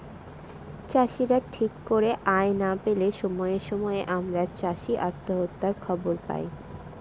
চাষীরা ঠিক করে আয় না পেলে সময়ে সময়ে আমরা চাষী আত্মহত্যার খবর পায়